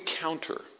counter